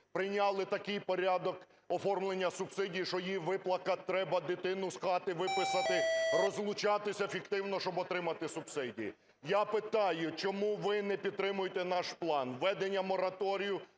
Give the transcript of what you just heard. Прийняли такий порядок оформлення субсидій, що її виплакати треба, дитину з хати виписати, розлучатися фіктивно, щоб отримати субсидії. Я питаю: чому ви не підтримуєте наш план, введення мораторію